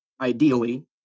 ideally